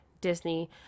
Disney